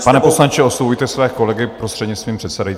Pane poslanče, oslovujte své kolegy prostřednictvím předsedajícího.